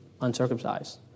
uncircumcised